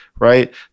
Right